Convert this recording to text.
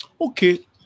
Okay